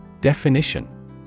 Definition